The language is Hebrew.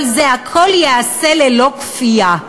אבל הכול ייעשה ללא כפייה.